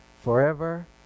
forever